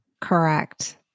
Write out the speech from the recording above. Correct